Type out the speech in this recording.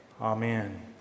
Amen